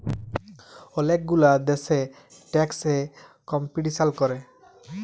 ওলেক গুলা দ্যাশে ট্যাক্স এ কম্পিটিশাল ক্যরে